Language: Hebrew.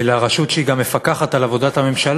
לרשות שהיא גם מפקחת על עבודת הממשלה,